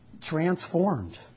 transformed